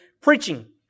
preaching